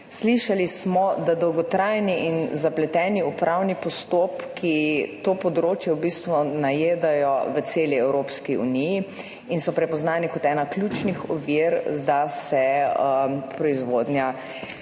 Slišali smo, da dolgotrajni in zapleteni upravni postopki to področje v bistvu najedajo v celi Evropski uniji in so prepoznani kot ena ključnih ovir, da se proizvodnja